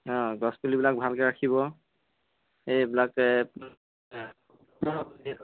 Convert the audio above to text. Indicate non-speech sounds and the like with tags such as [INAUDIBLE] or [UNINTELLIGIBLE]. অ' গছ পুলিবিলাক ভালকৈ ৰাখিব এইবিলাক এই [UNINTELLIGIBLE]